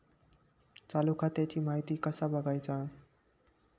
चालू खात्याची माहिती कसा बगायचा?